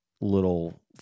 little